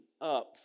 up